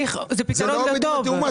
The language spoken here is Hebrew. אני